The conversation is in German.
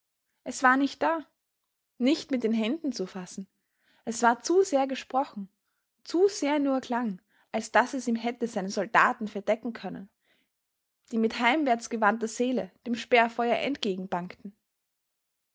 es war nicht da nicht mit den händen zu fassen es war zu sehr gesprochen zu sehr nur klang als daß es ihm hätte seine soldaten verdecken können die mit heimwärtsgewandter seele dem sperrfeuer